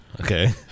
Okay